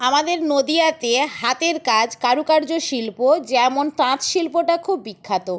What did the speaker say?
আমাদের নদীয়াতে হাতের কাজ কারুকার্য শিল্প যেমন তাঁত শিল্পটা খুব বিখ্যাত